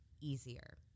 easier